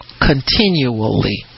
continually